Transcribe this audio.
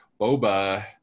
Boba